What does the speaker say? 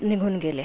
निघून गेले